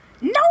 No